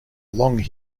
long